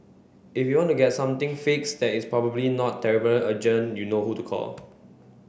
if you want to get something fixed that is probably not terribly urgent you know who to call